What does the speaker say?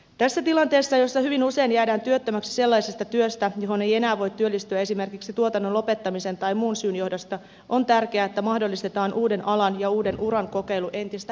tässä tilanteessa jossa hyvin usein jäädään työttömäksi sellaisesta työstä johon ei enää voi työllistyä esimerkiksi tuotannon lopettamisen tai muun syyn johdosta on tärkeää että mahdollistetaan uuden alan ja uuden uran kokeilu entistä helpommin